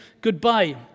goodbye